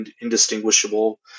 indistinguishable